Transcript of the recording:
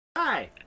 Hi